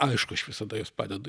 aišku aš visada jos padedu